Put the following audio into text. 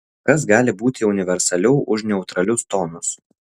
kas gali būti universaliau už neutralius tonus